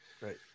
right